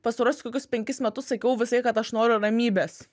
pastaruosius kokius penkis metus sakiau visalaik kad aš noriu ramybės